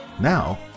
now